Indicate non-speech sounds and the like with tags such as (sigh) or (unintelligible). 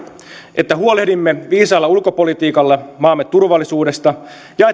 huolehdimme viisaalla ulkopolitiikalla maamme turvallisuudesta ja (unintelligible)